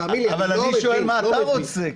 אני שואל מה אתה רוצה.